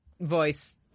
voice